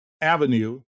Avenue